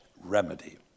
remedy